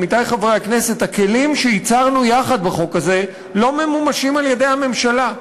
עמיתי חברי הכנסת: הכלים שהצענו יחד בחוק הזה לא ממומשים על-ידי הממשלה.